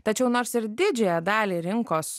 tačiau nors ir didžiąją dalį rinkos